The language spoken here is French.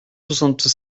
soixante